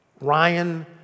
Ryan